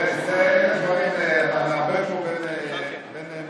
אתה מערבב פה בין נושאים.